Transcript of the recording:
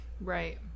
Right